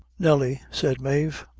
nelly, said mave,